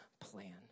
plan